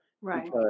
Right